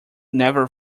never